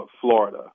Florida